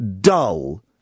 dull